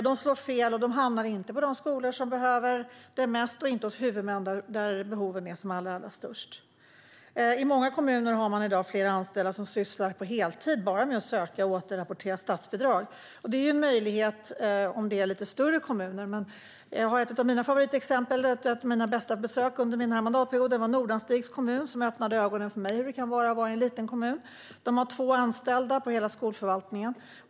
De slår fel och hamnar inte på de skolor som behöver dem mest och inte hos de huvudmän där behoven är som allra störst. I många kommuner har man i dag flera anställda som på heltid sysslar bara med att söka och återrapportera statsbidrag. Det är ju en möjlighet om det rör sig om lite större kommuner. Ett av mina favoritexempel är Nordanstigs kommun. Det var ett av mina bästa besök under den här mandatperioden. Det besöket öppnade ögonen på mig för hur det kan vara för en liten kommun. Man har två anställda på hela skolförvaltningen.